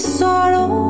sorrow